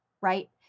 right